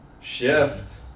shift